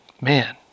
man